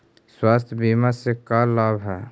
स्वास्थ्य बीमा से का लाभ है?